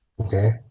Okay